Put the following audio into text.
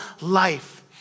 life